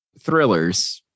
thrillers